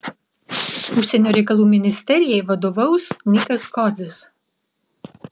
užsienio reikalų ministerijai vadovaus nikas kodzis